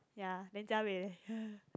ya then jia wei